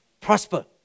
prosper